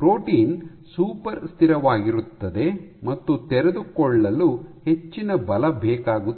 protein super ಸ್ಥಿರವಾಗಿರುತ್ತದೆ ಮತ್ತು ತೆರೆದುಕೊಳ್ಳಲು ಹೆಚ್ಚಿನ ಬಲ ಬೇಕಾಗುತ್ತದೆ